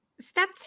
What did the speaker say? step